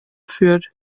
führt